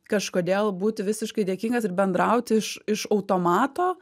kažkodėl būti visiškai dėkingas ir bendraut iš iš automato